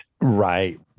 right